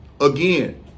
again